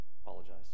Apologize